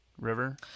river